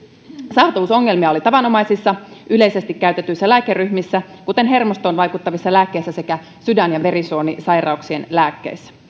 saatavuusongelmia oli tavanomaisissa yleisesti käytetyissä lääkeryhmissä kuten hermostoon vaikuttavissa lääkkeissä sekä sydän ja verisuonisairauksien lääkkeissä